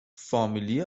فامیلی